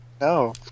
No